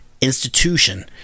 institution